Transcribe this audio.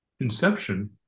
Inception